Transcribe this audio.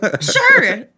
Sure